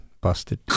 busted